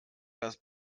das